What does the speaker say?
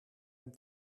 hem